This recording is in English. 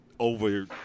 over